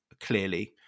Clearly